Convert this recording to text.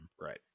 Right